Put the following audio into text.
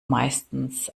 meistens